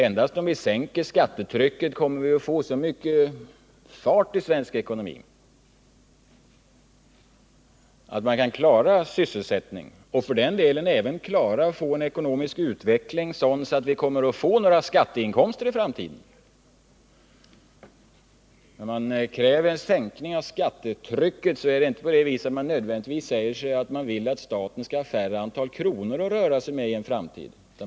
Endast om vi sänker skattetrycket kommer vi att få så mycket fart i svensk ekonomi att man kan klara sysselsättningen och för den delen även klara att få en ekonomisk utveckling sådan att vi får några skatteinkomster i framtiden. När man kräver en sänkning av skattetrycket innebär det inte nödvändigtvisatt staten skall ha färre antal kronor att röra sig med i en framtid.